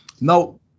now